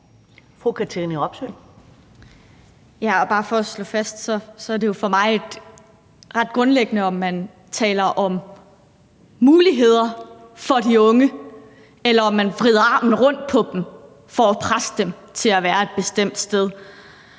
for at slå det fast, så er det for mig ret grundlæggende, om man taler om muligheder for de unge, eller om man vrider armen om på dem for at presse dem til at være et bestemt sted.